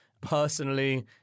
personally